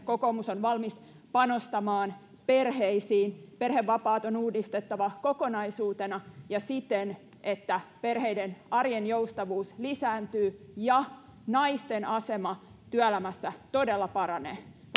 kokoomus on valmis panostamaan perheisiin perhevapaat on uudistettava kokonaisuutena ja siten että perheiden arjen joustavuus lisääntyy ja naisten asema työelämässä todella paranee